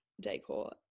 decor